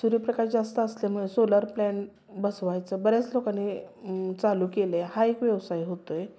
सूर्यप्रकाश जास्त असल्यामुळे सोलार प्लॅन बसवायचं बऱ्याच लोकांनी चालू केलं आहे हा एक व्यवसाय होतो आहे